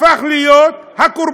הפך להיות הקורבן.